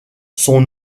son